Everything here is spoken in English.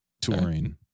touring